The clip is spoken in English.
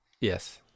yes